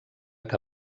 que